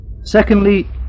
secondly